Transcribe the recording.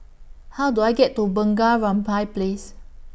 How Do I get to Bunga Rampai Place